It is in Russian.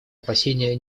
опасения